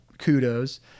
kudos